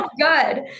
Good